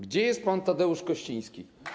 Gdzie jest pan Tadeusz Kościński?